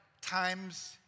times